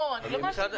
לא, אני לא מאשימה.